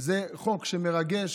זה חוק שמרגש.